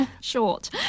Short